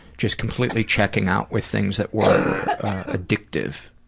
just completely checking out with things that were addictive